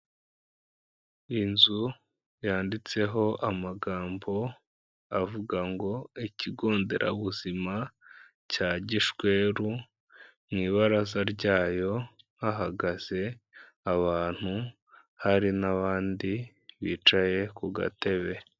Inzu yanditseho amagambo avuga ngo "Ikigo nderabuzima cya Gishweru," mu ibaraza ryayo hahagaze abantu, hari n'abandi bicaye ku gatebe.